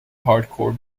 hardcore